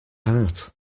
heart